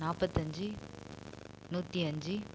நாற்பத்தஞ்சி நூற்றி அஞ்சு